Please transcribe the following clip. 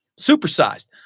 Supersized